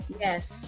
yes